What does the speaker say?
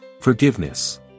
forgiveness